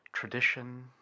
tradition